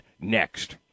next